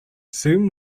zoom